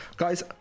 Guys